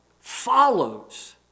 follows